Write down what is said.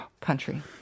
country